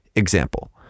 example